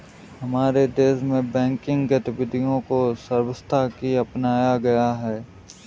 हमारे देश में बैंकिंग गतिविधियां को सर्वथा ही अपनाया गया है